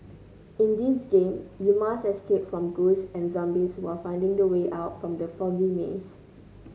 in this game you must escape from ghosts and zombies while finding the way out from the foggy maze